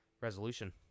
resolution